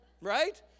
Right